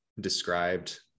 described